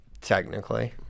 Technically